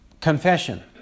confession